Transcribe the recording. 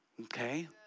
Okay